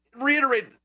reiterate